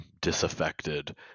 disaffected